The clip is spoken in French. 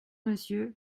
monsieur